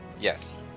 Yes